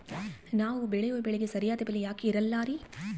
ನಾವು ಬೆಳೆಯುವ ಬೆಳೆಗೆ ಸರಿಯಾದ ಬೆಲೆ ಯಾಕೆ ಇರಲ್ಲಾರಿ?